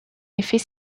effet